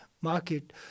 market